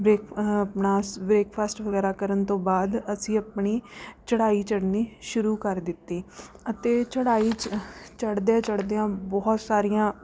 break ਆਪਣਾ breakfast ਵਗੈਰਾ ਕਰਨ ਤੋਂ ਬਾਅਦ ਅਸੀਂ ਆਪਣੀ ਚੜ੍ਹਾਈ ਚੜ੍ਹਨੀ ਸ਼ੁਰੂ ਕਰ ਦਿੱਤੀ ਅਤੇ ਚੜ੍ਹਾਈ ਚ ਚੜ੍ਹਦਿਆਂ ਚੜ੍ਹਦਿਆਂ ਬਹੁਤ ਸਾਰੀਆਂ